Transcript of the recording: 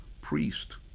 priest